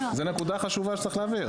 זאת נקודה חשובה שצריך להבהיר.